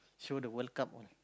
show the World-Cup one